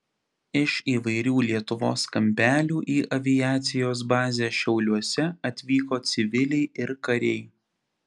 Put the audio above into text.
iš įvairių lietuvos kampelių į aviacijos bazę šiauliuose atvyko civiliai ir kariai